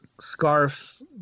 scarves